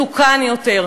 מתוקן יותר,